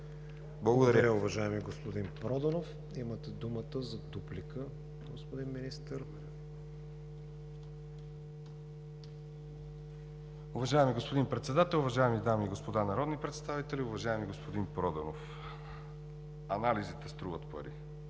Благодаря, уважаеми господин Проданов. Имате думата за дуплика, господин Министър. МИНИСТЪР ЕМИЛ КАРАНИКОЛОВ: Уважаеми господин Председател, уважаеми дами и господа народни представители! Уважаеми господин Проданов, анализите струват пари.